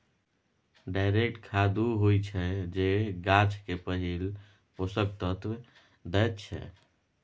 direct खाद उ होइ छै जे गाछ केँ पहिल पोषक तत्व दैत छै